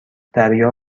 دریا